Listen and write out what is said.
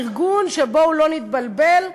ארגון שבואו לא נתבלבל,